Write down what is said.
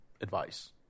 advice